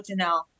Janelle